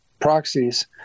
proxies